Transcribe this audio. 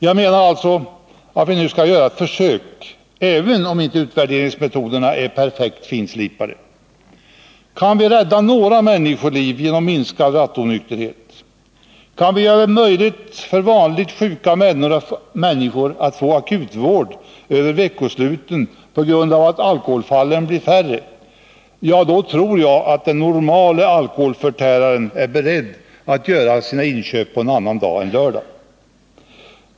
Jag menar alltså att vi nu skall göra ett försök, även om inte utvärderingsmetoderna är perfekt finslipade. Kan vi rädda några människoliv genom minskad rattonykterhet, kan vi göra det möjligt för vanligt sjuka människor att få akutvård över veckosluten på grund av att alkoholfallen blir färre — ja, då tror jag att den normale alkoholförtäraren är beredd att göra sina inköp på annan dag än lördagen.